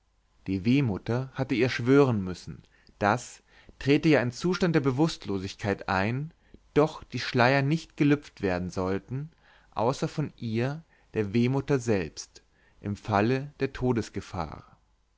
die wehmutter hatte ihr schwören müssen daß trete ja ein zustand der bewußtlosigkeit ein doch die schleier nicht gelüpft werden sollten außer von ihr der wehmutter selbst im fall der todesgefahr